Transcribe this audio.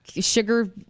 Sugar